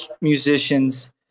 musicians